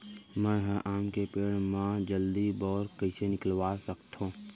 मैं ह आम के पेड़ मा जलदी बौर कइसे निकलवा सकथो?